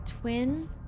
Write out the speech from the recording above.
twin